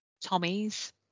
Tommy's